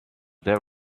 there